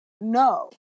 No